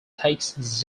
takes